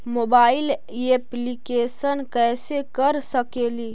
Mobile application कैसे कर सकेली?